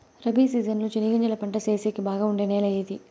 Rabi season లో చెనగగింజలు పంట సేసేకి బాగా ఉండే నెల ఏది?